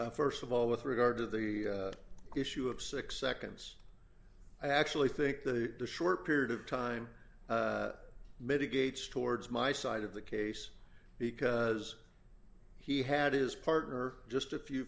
cooke first of all with regard to the issue of six seconds i actually think the short period of time mitigates towards my side of the case because he had his partner just a few